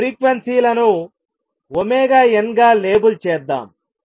ఈ ఫ్రీక్వెన్సీ లను n గా లేబుల్ చేద్దాం